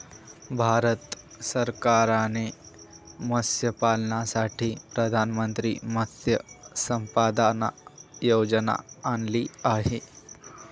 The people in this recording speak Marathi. भारत सरकारने मत्स्यपालनासाठी प्रधानमंत्री मत्स्य संपदा योजना आणली आहे